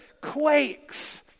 quakes